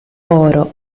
oro